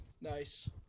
Nice